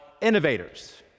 innovators